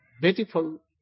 beautiful